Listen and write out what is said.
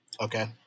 Okay